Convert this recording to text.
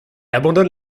abandonne